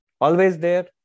always-there